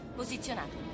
posizionato